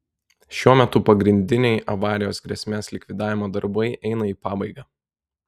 šiuo metu pagrindiniai avarijos grėsmės likvidavimo darbai eina į pabaigą